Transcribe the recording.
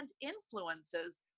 influences